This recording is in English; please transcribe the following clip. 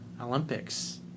Olympics